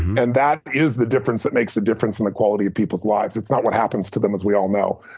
and that is the difference that makes a difference in the quality of peoples' lives. it's not what happens to them, as we all know.